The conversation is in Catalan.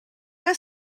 que